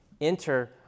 Enter